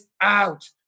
out